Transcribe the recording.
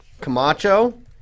Camacho